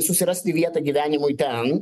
susirasti vietą gyvenimui ten